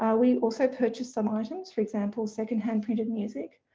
ah we also purchase some items, for example second-hand printed music,